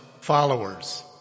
followers